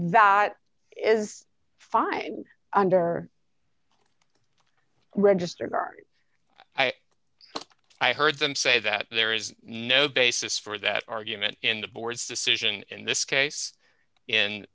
that is fine under registers are i i heard them say that there is no basis for that argument in the board's decision in this case in